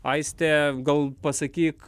aiste gal pasakyk